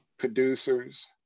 producers